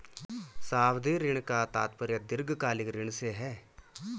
सावधि ऋण का तात्पर्य दीर्घकालिक ऋण से है